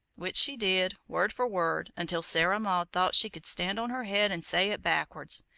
which she did, word for word, until sarah maud thought she could stand on her head and say it backwards.